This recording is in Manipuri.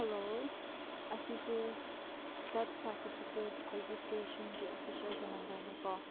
ꯍꯜꯂꯣ ꯑꯁꯤꯁꯦ ꯗꯦꯠ ꯁꯥꯔꯇꯤꯐꯤꯀꯦꯠ ꯔꯦꯖꯤꯁꯇ꯭ꯔꯦꯁꯟꯒꯤ ꯑꯣꯐꯤꯁꯔꯒꯤ ꯅꯝꯕꯔꯅꯦꯀꯣ